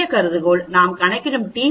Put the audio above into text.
பூஜ்ய கருதுகோள் நாம் கணக்கிடும் t மதிப்பு 1